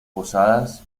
posadas